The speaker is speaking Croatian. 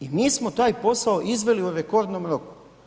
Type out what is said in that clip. I mi smo taj posao izveli u rekordnom roku.